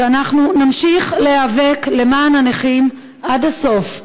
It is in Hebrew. ושאנחנו נמשיך להיאבק למען הנכים עד הסוף,